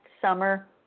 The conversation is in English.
summer